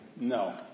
No